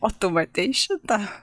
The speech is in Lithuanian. o tu matei šitą